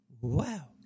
Wow